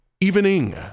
evening